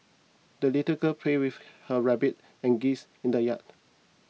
the little girl play with her rabbit and geese in the yard